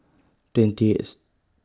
twenty eighth